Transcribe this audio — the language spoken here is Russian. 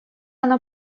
она